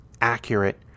accurate